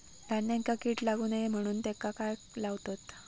धान्यांका कीड लागू नये म्हणून त्याका काय लावतत?